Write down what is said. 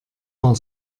war